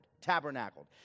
tabernacled